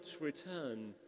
return